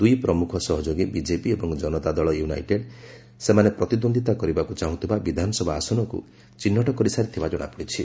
ଦୁଇ ପ୍ରମୁଖ ସହଯୋଗୀ ବିଜେପି ଏବଂ ଜନତା ଦଳ ୟୁନାଇଟେଡ ସେମାନେ ପ୍ରତିଦ୍ୱନ୍ଦିତା କରିବାକୁ ଚାହୁଁଥିବା ବିଧାନସଭା ଆସନକୁ ଚିହ୍ନଟ କରିସାରିଥିବା ଜଣାପଡି ୍ଛି